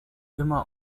immer